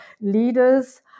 leaders